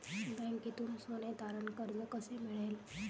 बँकेतून सोने तारण कर्ज कसे मिळेल?